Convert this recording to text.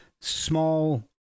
small –